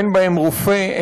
אין בהם רופא,